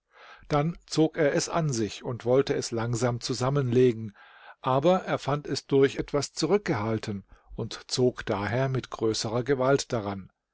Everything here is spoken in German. dann zog er es an sich und wollte es langsam zusammenlegen aber er fand es durch etwas zurückgehalten und zog daher mit größerer gewalt daran